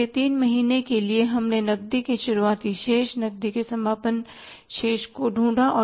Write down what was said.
इसलिए तीन महीने के लिए हमने नकदी के शुरुआती शेष नकदी के समापन शेष को ढूंढा